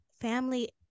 family